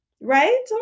right